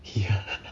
ya